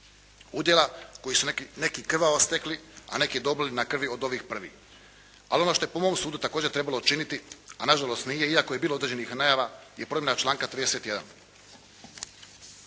udjela koji su neki krvavo stekli, a neki dobili na krvi od ovih prvih. Ali ono što je po mom sudu također trebalo učiniti, a na žalost nije iako je bilo određenih najava je promjena članka 31.